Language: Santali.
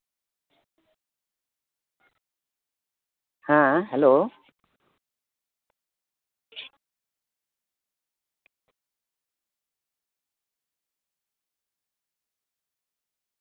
ᱦᱮᱸ ᱦᱮᱞᱳ